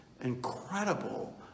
incredible